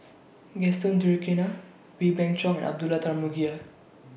Gaston Wee Beng Chong and Abdullah Tarmugi